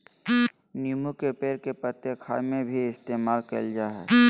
नींबू के पेड़ के पत्ते खाय में भी इस्तेमाल कईल जा हइ